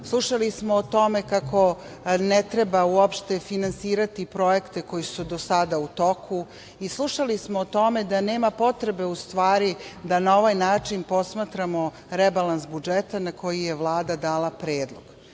slušali smo o tome kako ne treba uopšte finansirati projekte koji su do sada u toku i slušali smo o tome da nema potrebe da na ovaj način posmatramo rebalans budžeta na koji je Vlada dala predlog. Ono